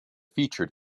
featured